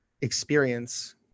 experience